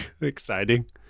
exciting